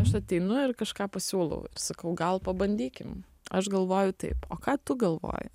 aš ateinu ir kažką pasiūlau ir sakau gal pabandykim aš galvoju taip o ką tu galvoji